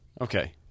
Okay